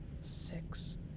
six